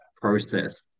process